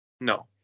No